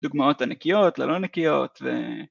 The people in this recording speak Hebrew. לדוגמאות הנקיות ללא נקיות ו...